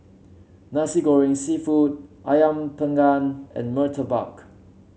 Nasi Goreng seafood ayam panggang and murtabak